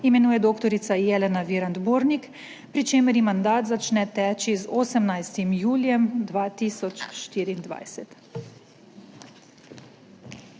imenuje dr. Jelena Virant Burnik, pri čemer ji mandat začne teči z 18 julijem 2024.